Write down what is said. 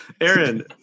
Aaron